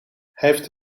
heeft